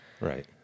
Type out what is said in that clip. Right